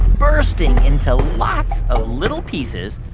bursting into lots of little pieces.